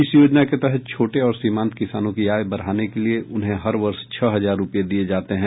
इस योजना के तहत छोटे और सीमांत किसानों की आय बढ़ाने के लिए उन्हें हर वर्ष छह हजार रुपये दिए जाते हैं